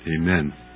Amen